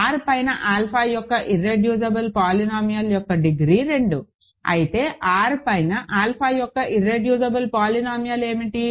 R పైన alpha యొక్క irreducible polynomial యొక్క డిగ్రీ 2 అయితే R పైన ఆల్ఫా యొక్క ఇర్రెడ్యూసిబుల్ పోలినామియల్ ఏమిటి